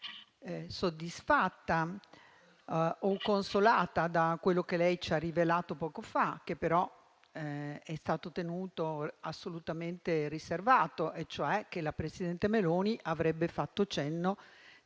soddisfatta o consolata da quello che lei ci ha rivelato poco fa, che però è stato tenuto assolutamente riservato. Mi riferisco al fatto che la presidente Meloni avrebbe fatto cenno,